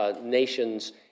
nations